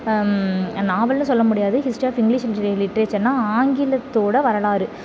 நாவல்னு சொல்ல முடியாது history of English in லிட்ரேச்சர்னால் ஆங்கிலத்தோடு வரலாறு